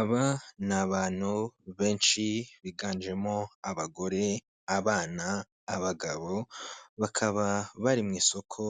Aba ni abantu benshi biganjemo abagore, abana, abagabo bakaba bari mu isoko